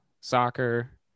soccer